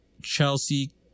Chelsea